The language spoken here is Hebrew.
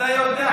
אתה יודע,